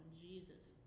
Jesus